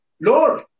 Lord